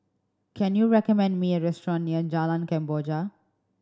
can you recommend me a restaurant near Jalan Kemboja